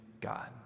God